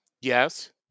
Yes